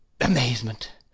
Amazement